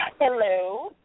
Hello